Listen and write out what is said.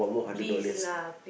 please lah p~